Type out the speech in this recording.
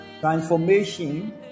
Transformation